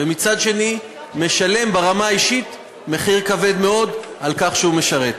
ומצד שני משלם ברמה האישית מחיר כבד מאוד על כך שהוא משרת.